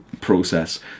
process